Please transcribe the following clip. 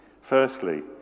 Firstly